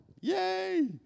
Yay